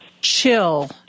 chill